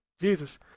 Jesus